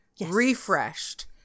refreshed